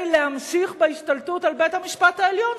להמשיך בהשתלטות על בית-המשפט העליון,